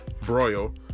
broil